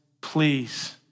please